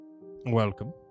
Welcome